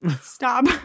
Stop